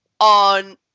on